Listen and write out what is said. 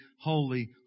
holy